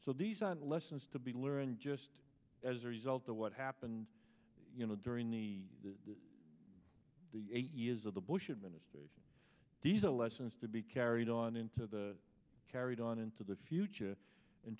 so these are lessons to be learned just as a result the what happened you know during the the eight years of the bush administration diesel lessons to be carried on into the carried on into the future in